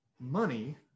money